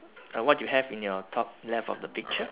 uh what do you have in your top left of the picture